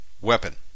weapon